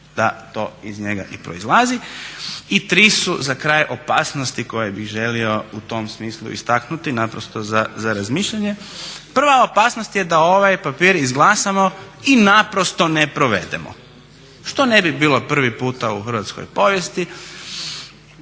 da to iz njega i proizlazi. I tri su, za kraj, opasnosti koje bih želio u tom smislu istaknuti, naprosto za razmišljanje. Prva opasnost je da ovaj papir izglasamo i naprosto ne provedemo. Što ne bi bilo prvi puta u hrvatskoj povijesti